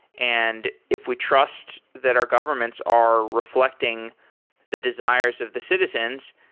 and if we trust that our governments are reflecting the desires of the citizens,